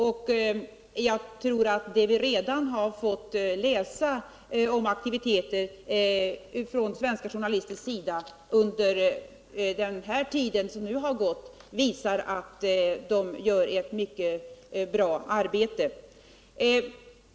Och det vi redan fått läsa från svenska journalisters sida under den tid som nu gått visar att de gör ett mycket bra arbete.